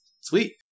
sweet